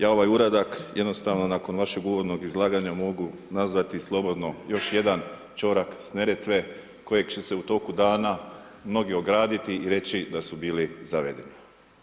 Ja ovaj uradak, jednostavno nakon vašeg uvodnog izlaganja mogu nazvati slobodno, još jedan čorak s Neretve kojeg će se u toku dana mnogi ograditi i reći da su bili zavedeni.